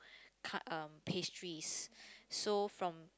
tart um pastries so from